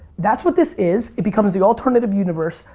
that's what this is. it becomes the alternative universe.